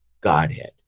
Godhead